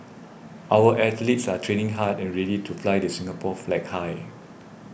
our athletes are training hard and ready to fly the Singapore flag high